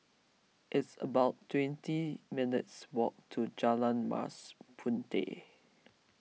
it's about twenty minutes' walk to Jalan Mas Puteh